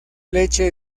leche